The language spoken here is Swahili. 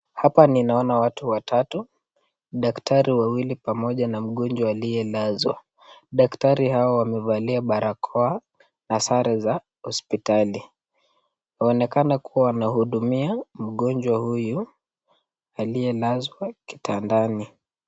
Hapa ninaona watu watatu, daktari wawili pamoja na mgonjwa aliyelazwa. Daktari hawa wamevalia barakoa na sare za hospitali. Waonekana kuwa wamehudumia mgonjwa huyu aliyelazwa kitandani.